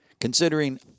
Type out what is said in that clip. Considering